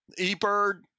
eBird